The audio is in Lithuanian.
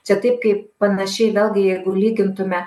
čia taip kaip panašiai vėlgi jeigu lygintume